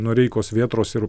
noreikos vėtros ir